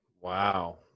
Wow